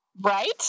Right